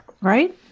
Right